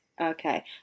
Okay